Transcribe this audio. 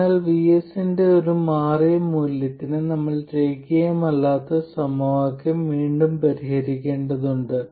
അതിനാൽ VS ന്റെ ഒരു മാറിയ മൂല്യത്തിന് നമ്മൾ രേഖീയമല്ലാത്ത സമവാക്യം വീണ്ടും പരിഹരിക്കേണ്ടതുണ്ട്